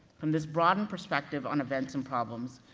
from this broadened perspective on events and problems,